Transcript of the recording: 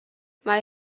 mae